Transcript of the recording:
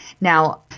Now